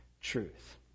truth